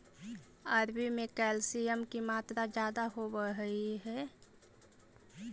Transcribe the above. अरबी में कैल्शियम की मात्रा ज्यादा होवअ हई